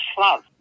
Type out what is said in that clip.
love